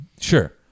Sure